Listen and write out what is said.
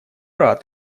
рад